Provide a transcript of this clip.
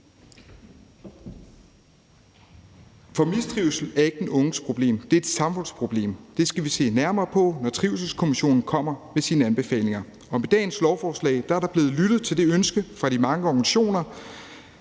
For mistrivsel er ikke den unges problem; det er et samfundsproblem, og det skal vi se nærmere på, når trivselskommission kommer med sine anbefalinger. Med dagens lovforslag er der blevet lyttet til de mange organisationer,